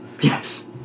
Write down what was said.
Yes